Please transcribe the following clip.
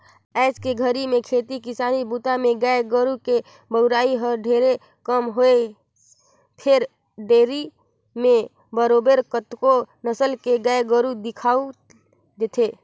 आयज के घरी में खेती किसानी बूता में गाय गोरु के बउरई हर ढेरे कम होइसे फेर डेयरी म बरोबर कतको नसल के गाय गोरु दिखउल देथे